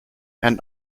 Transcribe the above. and